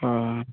অঁ